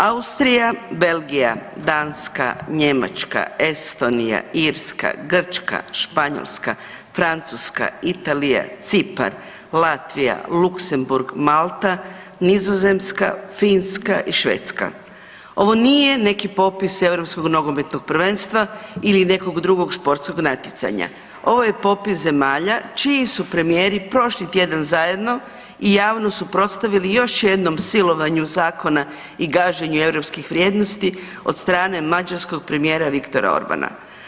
Austrija, Belgija, Danska, Njemačka, Estonija, Irska, Grčka, Španjolska, Francuska, Italija, Cipar, Latvija, Luksemburg, Malta, Nizozemska, Finska i Švedska ovo nije neki popis europskog nogometnog prvenstva ili nekog drugog sportskog natjecanja, ovo je popis zemalja čiji su premijer prošli tjedan zajedno i javno suprotstavili još jednom silovanju zakona i gaženju europskih vrijednosti od strane mađarskog premijera Viktora Orbana.